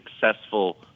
successful –